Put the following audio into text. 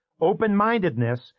open-mindedness